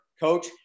coach